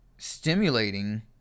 stimulating